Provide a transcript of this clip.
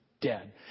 Dead